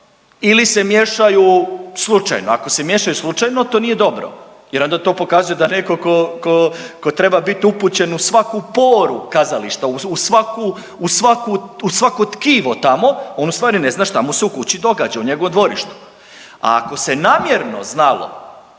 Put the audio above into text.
ili se miješaju slučajno. Ako se miješaju slučajno to nije dobro jer onda to pokazuje da neko tko, tko treba biti upućen u svaku poru kazališta u svaku, u svaku, u svako tkivo tamo on ustvari ne zna šta mu se u kući događa u njegovom dvorištu. A ako se namjerno znalo